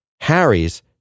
Harry's